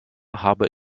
habe